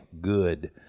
good